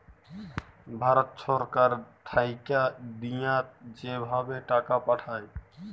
ভারত ছরকার থ্যাইকে দিঁয়া যে ভাবে টাকা পাঠায়